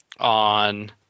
On